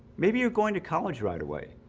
maybe you're going to college right away